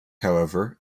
however